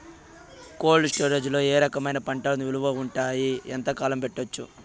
Cold storage లో ఏ రకమైన పంటలు నిలువ ఉంటాయి, ఎంతకాలం పెట్టొచ్చు?